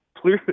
please